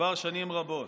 כבר שנים רבות.